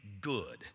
good